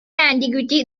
antiquity